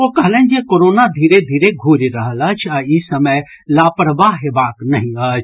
ओ कहलनि जे कोरोना धीरे धीरे घूरि रहल अछि आ ई समय लापरवाह हेबाक नहि अछि